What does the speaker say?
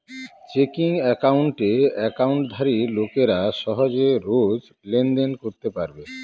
checking একাউণ্টে একাউন্টধারী লোকেরা সহজে রোজ লেনদেন করতে পারবে